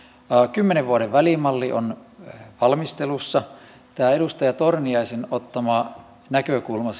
kymmenen vuoden välimalli on valmistelussa tämä edustaja torniaisen ottama näkökulma